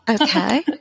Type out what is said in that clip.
Okay